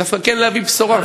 ודווקא כן להביא בשורה.